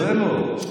על זה לא.